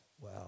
Wow